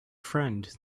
friend